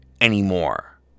anymore